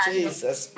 Jesus